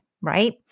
right